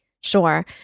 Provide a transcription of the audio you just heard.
Sure